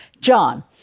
John